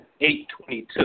822